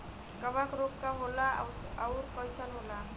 कवक रोग का होला अउर कईसन होला?